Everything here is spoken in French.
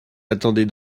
attendez